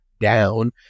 down